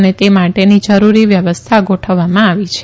અને તે માટેની જરૂરી વ્યવસ્થા ગોઠવવામાં આવી છે